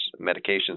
medications